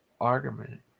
argument